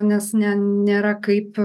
nes ne nėra kaip